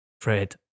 Fred